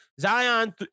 zion